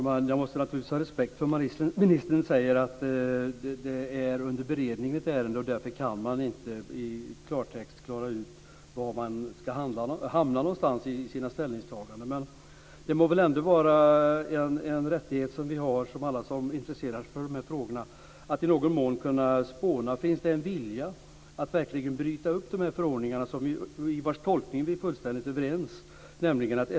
Fru talman! Jag måste naturligtvis ha respekt för att ministern säger att ärendet är under beredning och att han därför inte i klartext kan klara ut var man hamnar i sina ställningstaganden. Men alla som intresserar sig för de här frågorna har väl ändå rätt att i någon mån spåna om det finns en vilja att verkligen bryta upp förordningarna. Tolkningen av dem är vi fullständigt överens om.